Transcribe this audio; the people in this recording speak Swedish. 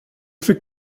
fick